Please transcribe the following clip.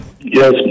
Yes